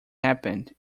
happened